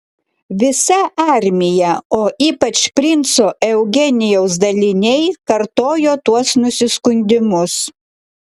visa armija o ypač princo eugenijaus daliniai kartojo tuos nusiskundimus